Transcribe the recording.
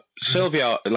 Sylvia